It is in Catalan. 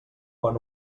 quan